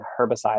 herbicides